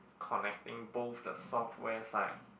collecting both the software side